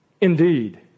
indeed